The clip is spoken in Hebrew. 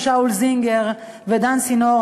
הצעירים את הספר של שאול זינגר ודן סינור,